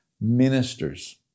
ministers